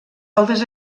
altes